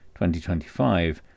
2025